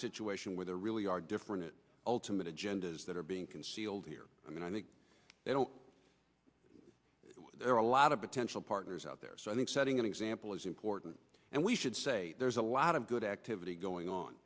a situation where there really are different ultimate agendas that are being concealed here and i think they don't allow out of potential partners out there so i think setting an example is important and we should say there's a lot of good activity go going on